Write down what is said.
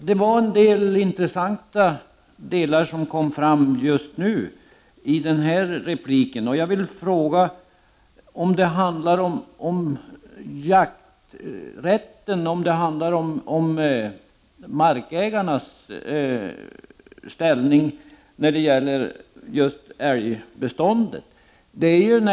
Herr talman! Det var en del saker som nu kom fram. Jag vill fråga om det handlar om markägarnas ställning när det gäller älgbeståndet.